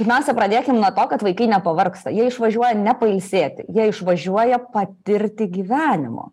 pirmiausia pradėkim nuo to kad vaikai nepavargsta jie išvažiuoja ne pailsėti jie išvažiuoja patirti gyvenimo